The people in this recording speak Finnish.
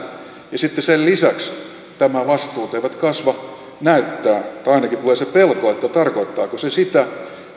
ja sitten sen lisäksi nämä vastuut eivät kasva näyttää siltä tai ainakin tulee se pelko että tarkoittaako se sitä